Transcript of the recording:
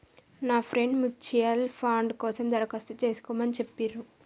నా friend mutual fund కోసం దరఖాస్తు చేస్కోమని చెప్పిర్రు